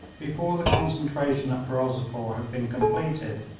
before the concentration at ferozepore had been completed,